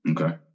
Okay